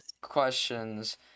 questions